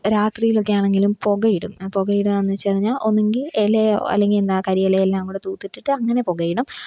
രാത്രീലൊക്കെ ആണെങ്കിലും പുകയിടും ആ പുകയിടാന്ന് വച്ച് കഴിഞ്ഞാൽ ഒന്നെങ്കിൽ ഇലയോ അല്ലെങ്കിൽ എന്താ കരിയില എല്ലാം കൂടെ തൂത്തിട്ടിട്ട് അങ്ങനെ പുകയിടും